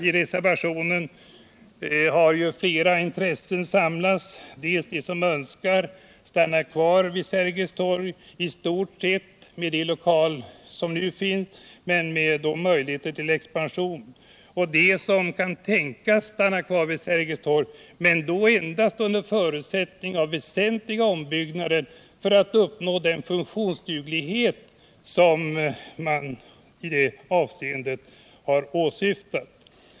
I reservationen har ju flera frågor på längre Sikt 1 Riksdagens lokalfrågor på längre Sikt olika intressen samlats: dels de som önskar stanna kvar vid Sergels torg med i stort sett de lokaler som nu finns men med möjlighet till expansion, dels de som kan tänka sig att stanna kvar vid Sergels torg, men då endast under förutsättning av väsentliga ombyggnader för att uppnå den funktionsduglighet som man i det avseendet har åsyftat.